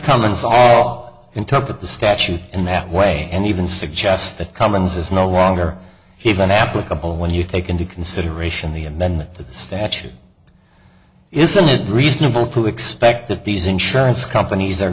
companies all interpret the statute in that way and even suggest that cummings is no longer he even applicable when you take into consideration the amendment the statute isn't it reasonable to expect that these insurance companies are